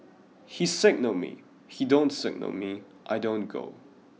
he signal me he don't signal me I don't go